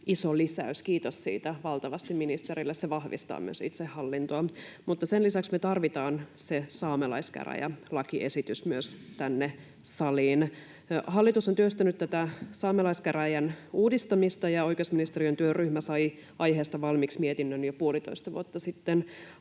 iso lisäys — kiitos siitä valtavasti ministerille. Se vahvistaa myös itsehallintoa, mutta sen lisäksi me tarvitaan se saamelaiskäräjälakiesitys myös tänne saliin. Hallitus on työstänyt tätä saamelaiskäräjäin uudistamista, ja oikeusministeriön työryhmä sai aiheesta valmiiksi mietinnön jo puolitoista vuotta sitten.